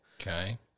Okay